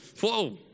whoa